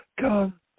come